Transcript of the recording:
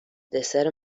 دسر